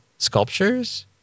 Sculptures